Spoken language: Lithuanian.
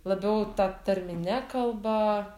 labiau ta tarmine kalba